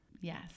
Yes